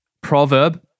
proverb